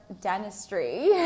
dentistry